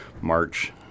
march